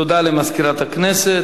תודה למזכירת הכנסת.